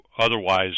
otherwise